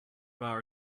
bar